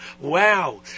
Wow